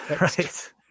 Right